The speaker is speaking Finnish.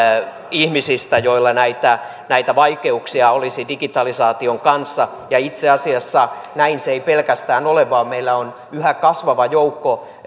ihmisistä joilla näitä näitä vaikeuksia olisi digitalisaation kanssa ja itse asiassa näin se ei pelkästään ole vaan meillä on yhä kasvava joukko